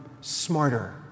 smarter